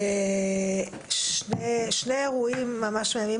אני רוצה להעלות שני אירועים מהימים